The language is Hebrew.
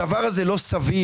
הדבר הזה לא סביר,